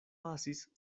pasis